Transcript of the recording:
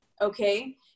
Okay